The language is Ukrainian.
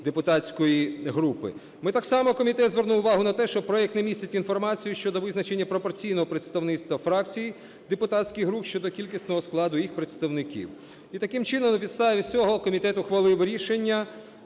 депутатської групи. Ми так само, комітет, звернув увагу на те, що проект не містить інформацію щодо визначення пропорційного представництва фракцій, депутатських груп щодо кількісного складу їх представників. І, таким чином, на підставі цього комітет ухвалив рішення,